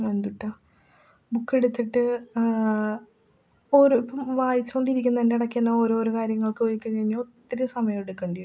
എന്തുട്ടാ ബുക്ക് എടുത്തിട്ട് ഓര് വായിച്ചു കൊണ്ടിരിക്കുന്നതിൻ്റിടക്കു തന്നെ ഓരോരോ കാര്യങ്ങൾക്ക് പോയി കഴിഞ്ഞാൽ ഒത്തിരി സമയമെടുക്കേണ്ടി വരും